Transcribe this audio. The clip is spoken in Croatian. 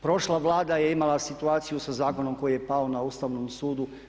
Prošla Vlada je imala situaciju sa zakonom koji je pao na Ustavnom sudu.